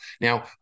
Now